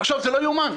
זה לא יאומן.